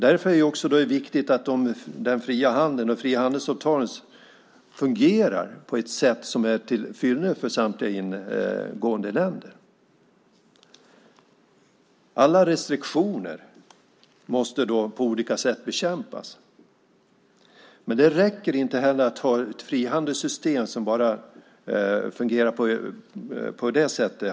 Därför är det också viktigt att den fria handeln och frihandelsavtalen fungerar på ett sätt som är tillfyllest för samtliga ingående länder. Alla restriktioner måste på olika sätt bekämpas. Men det räcker inte heller att ha ett frihandelssystem som bara fungerar på det sättet.